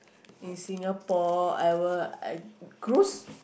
in Singapore I will uh cruise